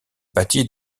bâti